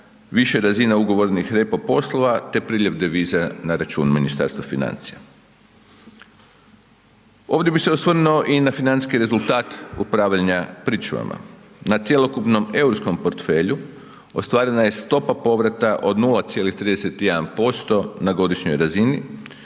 više razine ugovornih repo poslova, te priljev deviza na račun Ministarstva financija. Ovdje bi se osvrnuo i na financijski rezultat upravljanja pričuvama, na cjelokupnom europskom portfelju ostvarena je stopa povrata od 0,31% na godišnjoj razini